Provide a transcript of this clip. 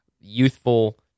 youthful